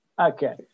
Okay